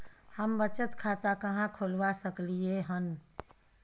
हम बचत खाता कहाॅं खोलवा सकलिये हन?